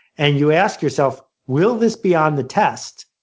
and you ask yourself, will this be on the test?